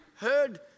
heard